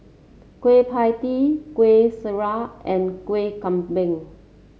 Kueh Pie Tee Kueh Syara and Kueh Kambing